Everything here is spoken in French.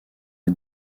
est